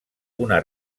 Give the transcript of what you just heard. una